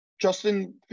Justin